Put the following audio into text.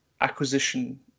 acquisition